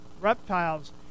reptiles